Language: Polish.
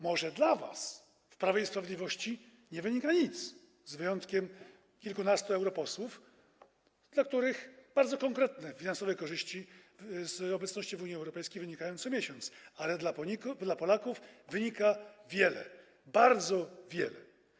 Może dla was w Prawie i Sprawiedliwości nie wynika nic, może z wyjątkiem kilkunastu europosłów, dla których bardzo konkretne finansowe korzyści z obecności w Unii Europejskiej wynikają co miesiąc, ale dla Polaków wynika wiele, bardzo wiele.